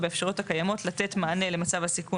ובאפשרויות הקיימות לתת מענה למצב הסיכון